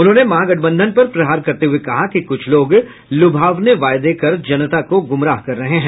उन्होंने महागठबंधन पर प्रहार करते हुए कहा कि कुछ लोग लुभावने वायदे कर जनता को गुमराह कर रहे हैं